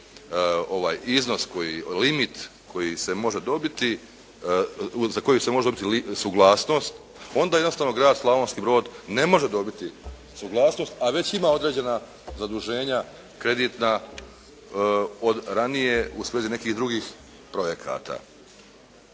iznos koji, limit koji se može dobiti, za koji se može dobiti suglasnost, onda jednostavno grad Slavonski Brod ne može dobiti suglasnost a već ima određena zaduženja kreditna od ranije uslijed nekih drugih projekata.